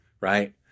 Right